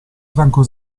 franco